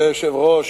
אדוני היושב-ראש,